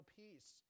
peace